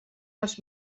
els